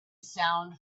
sound